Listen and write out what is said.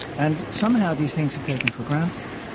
and somehow these things are taken for granted,